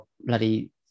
bloody